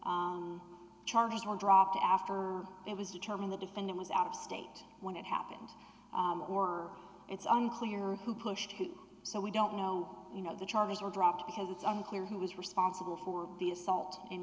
charges were dropped after it was determined the defendant was out of state when it happened or it's unclear who pushed who so we don't know you know the charges were dropped because it's unclear who was responsible for the assault in